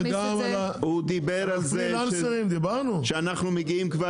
הוא דיבר על זה ואמר שאנחנו מגיעים כבר